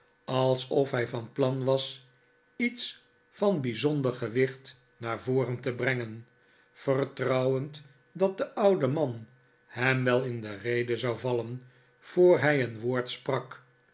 alsof hij van plan was iets van bijzonder gewicht naar voren te brengen vertrouwend dat de oude man hem wel in de rede zou vallen voor hij een woord sprak